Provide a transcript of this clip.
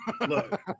look